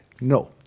No